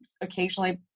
occasionally